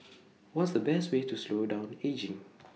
what's the best way to slow down ageing